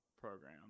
program